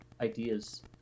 ideas